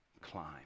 climb